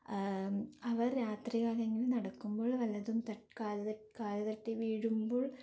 അവർ രാത്രികാലങ്ങളിൽ നടക്കുമ്പോൾ വല്ലതും തട്ട് കാല് തട്ട് കാല് തട്ടി വീഴുമ്പോൾ